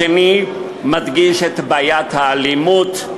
השני מדגיש את בעיית האלימות,